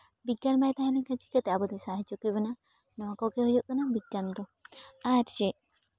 ᱵᱤᱜᱽᱜᱟᱱ ᱵᱟᱭ ᱛᱟᱦᱮᱸ ᱞᱮᱱᱠᱷᱟᱱ ᱪᱤᱠᱟᱹᱛᱮ ᱟᱵᱚ ᱫᱚ ᱥᱟᱦᱟᱡᱽᱡᱚ ᱠᱮᱵᱚᱱᱟ ᱱᱚᱣᱟ ᱠᱚᱜᱮ ᱦᱩᱭᱩᱜ ᱠᱟᱱᱟ ᱵᱤᱜᱽᱜᱟᱱ ᱫᱚ ᱟᱨ ᱪᱮᱫ